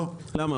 למה?